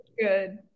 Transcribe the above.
good